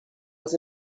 was